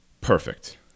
Perfect